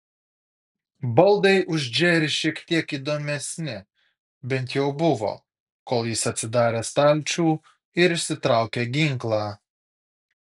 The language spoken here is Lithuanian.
baldai už džerį šiek tiek įdomesni bent jau buvo kol jis atsidarė stalčių ir išsitraukė ginklą